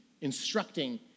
instructing